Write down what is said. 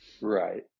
right